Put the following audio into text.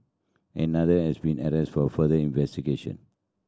another has been arrested for further investigation